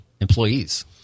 employees